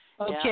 Okay